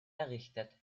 errichtet